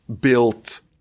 built